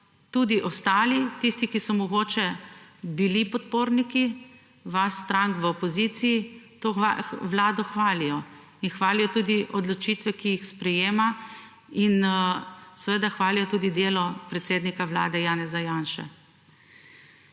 tudi ostali, tisti, ki so mogoče bili podporniki, vas strank v opoziciji, to Vlado hvalijo in hvalijo tudi odločitve, ki jih sprejema in seveda hvalijo tudi delo predsednika Vlade, Janeza Janše.